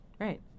right